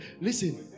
listen